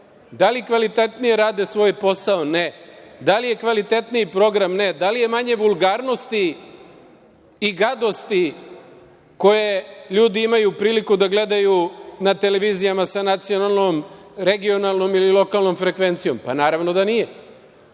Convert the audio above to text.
Da li kvalitetnije rade svoj posao? Ne. Da li je kvalitetniji program? Ne. Da li je manje vulgarnosti i gadosti koje ljudi imaju priliku da gledaju na televizijama sa nacionalnom, regionalnom ili lokalnom frekvencijom? Pa, naravno da nije.